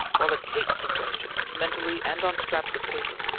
while at kate's suggestion, mentally and on scraps of paper,